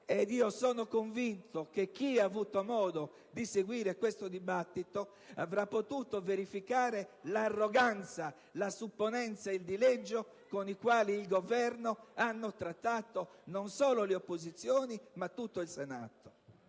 ed io sono convinto che chi ha avuto modo di seguire questo dibattito avrà potuto verificare l'arroganza, la supponenza e il dileggio con i quali il Governo ha trattato non solo le opposizioni ma tutto il Senato.